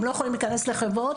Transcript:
הם לא יכולים להיכנס לחובות,